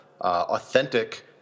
authentic